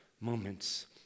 moments